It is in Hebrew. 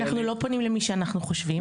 אנחנו לא פונים למי שאנחנו חושבים,